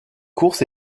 course